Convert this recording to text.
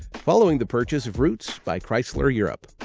following the purchase of roots by chrysler europe.